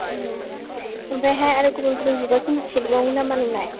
ओमफ्रायहाय आरो गुबुन गुबुन बिबारखौ मोनथिबावो नामा नोंलाय